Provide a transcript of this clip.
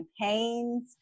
campaigns